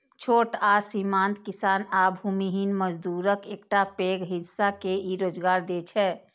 छोट आ सीमांत किसान आ भूमिहीन मजदूरक एकटा पैघ हिस्सा के ई रोजगार दै छै